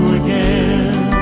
again